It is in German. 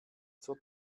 zur